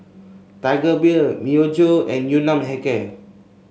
Tiger Beer Myojo and Yun Nam Hair Care